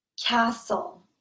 Castle